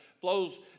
flows